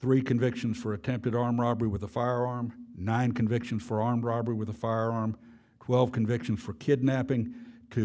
three convictions for attempted armed robbery with a firearm nine conviction for armed robbery with a firearm conviction for kidnapping to